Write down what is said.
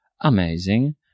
amazing